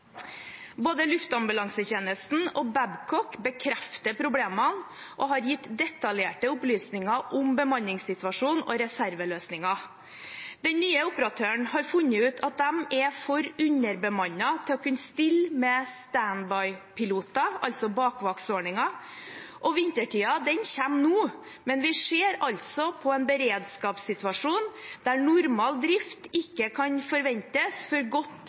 Både Luftambulansetjenesten og Babcock bekrefter problemene og har gitt detaljerte opplysninger om bemanningssituasjon og reserveløsninger. Den nye operatøren har funnet ut at de er for underbemannet til å kunne stille med standby-piloter, altså bakvaktsordninger. Vintertiden kommer nå, men vi ser en beredskapssituasjon der normal drift ikke kan forventes før godt